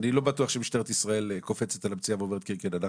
לא בטוח שמשטרת ישראל קופצת על המציאה ואומרת כן כן,